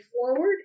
forward